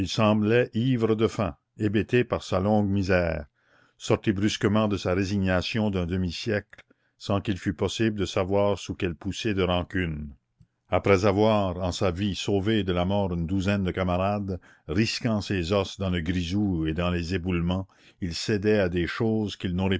semblait ivre de faim hébété par sa longue misère sorti brusquement de sa résignation d'un demi-siècle sans qu'il fût possible de savoir sous quelle poussée de rancune après avoir en sa vie sauvé de la mort une douzaine de camarades risquant ses os dans le grisou et dans les éboulements il cédait à des choses qu'il